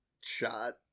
shot